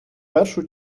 першу